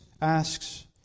asks